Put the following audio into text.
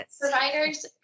providers